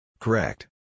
Correct